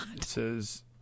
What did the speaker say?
says